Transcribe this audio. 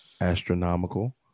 Astronomical